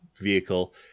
vehicle